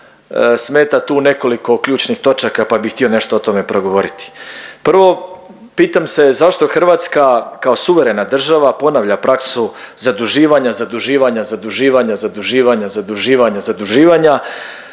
smeta tu nekoliko ključnih točaka pa bih htio nešto o tome progovoriti. Prvo, pitam se zašto Hrvatska kao suverena država ponavlja praksu zaduživanja, zaduživanja, zaduživanja, zaduživanja, zaduživanja, zaduživanja, zaduživanja